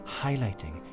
highlighting